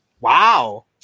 Wow